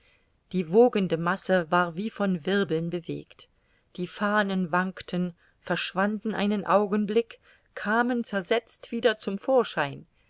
die wogende masse war wie von wirbeln bewegt die fahnen wankten verschwanden einen augenblick kamen zersetzt wieder zum vorschein